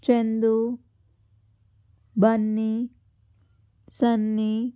Chandu Bunny Sunny